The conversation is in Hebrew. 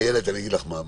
איילת, אני אגיד לך מה קרה.